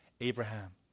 Abraham